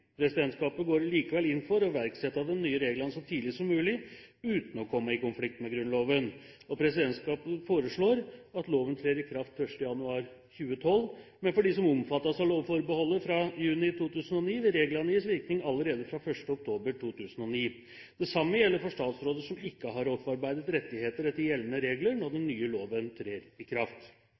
Presidentskapet går likevel inn for å iverksette de nye reglene så tidlig som mulig, uten å komme i konflikt med Grunnloven. Presidentskapet foreslår at loven trer i kraft 1. januar 2012, men for dem som omfattes av lovforbeholdet fra juni 2009, vil reglene gis virkning allerede fra 1. oktober 2009. Det samme gjelder for statsråder som ikke har opparbeidet rettigheter etter gjeldende regler når den nye loven trer i kraft.